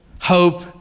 Hope